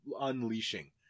unleashing